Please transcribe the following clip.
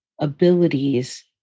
abilities